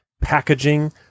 packaging